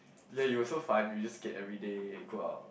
ya you were so fun you just get everyday go out